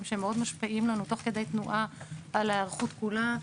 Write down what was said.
שמאוד משפיעים לנו תוך כדי תנועה על ההיערכות כולה.